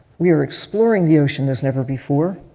we are exploring the ocean as never before,